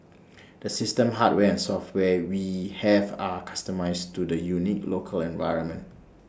the system hardware and software we have are customised to the unique local environment